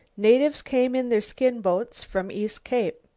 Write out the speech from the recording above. natives came in their skin-boats from east cape.